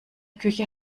küche